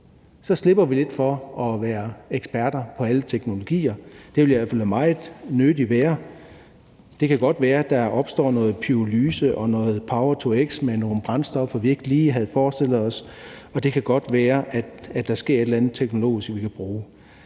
Så slipper vi lidt for at være eksperter på alle teknologier. Det vil jeg i hvert fald meget nødig være. Det kan godt være, at der opstår noget pyrolyse og noget power-to-x med nogle brændstoffer, vi ikke lige havde forestillet os, og det kan godt være, at der sker et eller andet teknologisk, vi kan bruge,